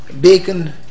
bacon